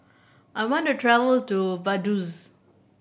I want to travel to Vaduz